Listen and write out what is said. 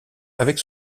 avec